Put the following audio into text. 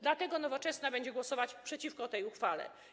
Dlatego Nowoczesna będzie głosować przeciwko tej ustawie.